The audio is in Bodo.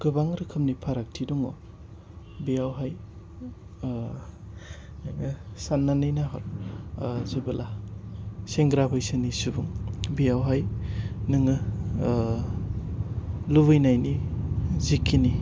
गोबां रोखोमनि फारागथि दङ बेयावहाय साननानै नायहर जेबोला सेंग्रा बैसोनि सुबुं बेयावहाय नोङो लुबैनायनि जेखिनि